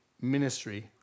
ministry